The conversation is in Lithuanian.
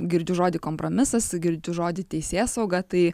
girdžiu žodį kompromisas girdžiu žodį teisėsauga tai